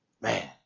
Man